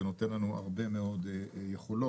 זה נותן לנו הרבה מאוד יכולות.